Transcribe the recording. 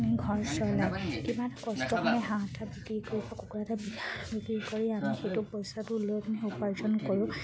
আমি ঘৰ চলাওঁ কিমান কষ্ট আমি হাঁহ এটা বিক্ৰী কৰোঁ কুকুৰা এটা বিক্ৰী কৰি আমি সেইটো পইচাটো লৈ পিনে উপাৰ্জন কৰোঁ